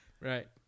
right